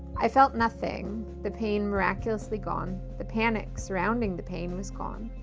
i felt nothing, the pain miraculously gone, the panic surrounding the pain was gone.